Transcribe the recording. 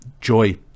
Joy